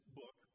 book